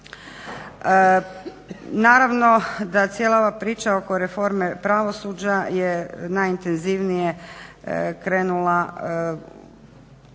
Naravno da cijela ova priča oko reforme pravosuđa je najintenzivnije krenula u onom